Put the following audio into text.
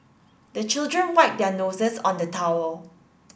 the children wipe their noses on the towel